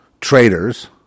traitors